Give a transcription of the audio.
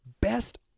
best